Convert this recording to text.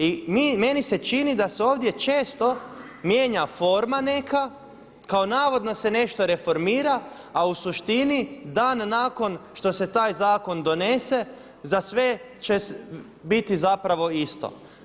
I meni se čini da se ovdje često mijenja forma neka, kao navodno se nešto reformira a u suštini dan nakon što se taj zakon donese za sve će biti zapravo isto.